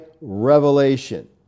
revelation